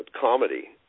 comedy